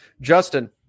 Justin